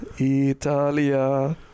italia